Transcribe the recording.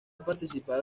participado